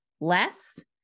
less